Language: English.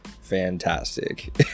fantastic